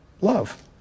love